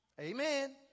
Amen